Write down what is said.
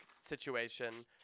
situation